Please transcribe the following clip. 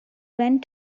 went